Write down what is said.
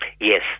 Yes